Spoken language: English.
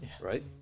right